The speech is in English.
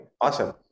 Awesome